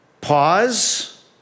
Pause